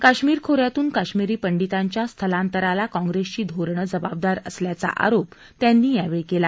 काश्मीर खोऱ्यातून काश्मीरी पंडितांच्या स्थलांतराला काँग्रेसची धोरणं जबाबदार असल्याचा आरोप त्यांनी यावेळी केला